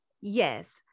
Yes